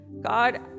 God